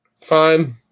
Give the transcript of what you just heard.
Fine